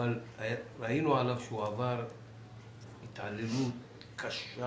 ראינו עליו שהוא עבר התעללות קשה